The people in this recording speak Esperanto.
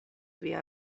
via